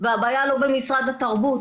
והבעיה לא במשרד התרבות